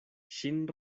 ŝin